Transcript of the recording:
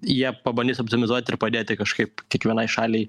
jie pabandys optimizuoti ir padėti kažkaip kiekvienai šaliai